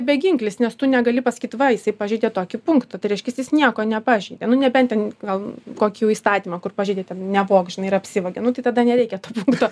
beginklis nes tu negali pasakyt va jisai pažeidė tokį punktą tai reiškias jis nieko nepažeidė nu nebent ten gal kokį jau įstatymą kur pažeidė ten nevok žinai ir apsivagia nu tai tada nereikia to punkto